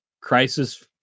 crisis